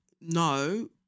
no